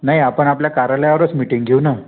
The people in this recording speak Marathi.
नाही आपण आपल्या कार्यालयावरच मिटिंग घेऊ ना